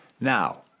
Now